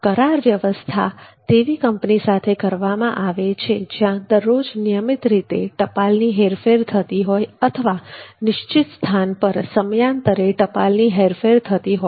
કરારની વ્યવસ્થા તેવી કંપનીઓ સાથે કરવામાં આવે છે જ્યાં દરરોજ નિયમિત રીતે ટપાલની હેરફેર થતી હોય અથવા નિશ્ચિત સ્થાન પર સમયાંતરે ટપાલની હેરફેર થતી હોય